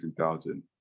2000